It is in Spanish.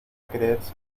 creerse